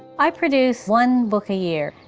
i produce one book a year,